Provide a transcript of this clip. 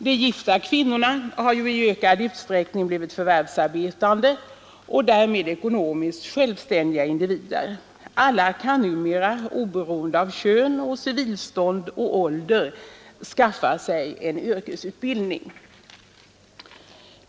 De gifta kvinnorna har i ökad utsträckning blivit förvärvsarbetande och därmed ekonomiskt självständiga individer. Alla kan numera oberoende av kön, civilstånd och ålder skaffa sig yrkesutbildning.